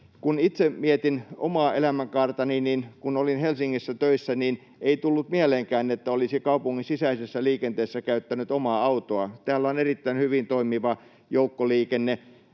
Kun itse mietin omaa elämänkaartani, niin kun olin Helsingissä töissä, ei tullut mieleenkään, että olisi kaupungin sisäisessä liikenteessä käyttänyt omaa autoa — täällä on erittäin hyvin toimiva joukkoliikenne.